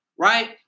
right